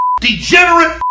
degenerate